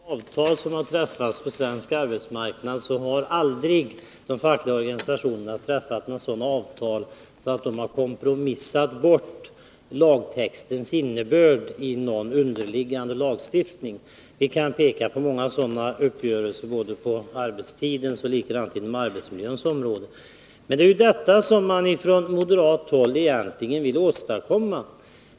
Fru talman! Vilka avtal som än har träffats på svensk arbetsmarknad har de fackliga organisationerna aldrig kompromissat bort lagtextens innebörd i en underliggande lagstiftning. Vi kan som exempel ta många sådana uppgörelser på arbetstidens och arbetsmiljöns område. Men det är ju det som man från moderat håll här vill åstadkomma!